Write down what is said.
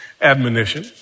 admonition